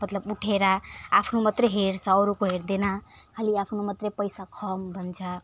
मतलब उठेर आफ्नो मात्र हेर्छ अरूको हेर्दैन खालि आफ्नो मात्र पैसा खुवाउँ भन्छ